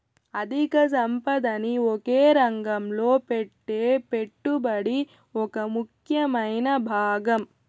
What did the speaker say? అధిక సంపదని ఒకే రంగంలో పెట్టే పెట్టుబడి ఒక ముఖ్యమైన భాగం